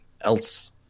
else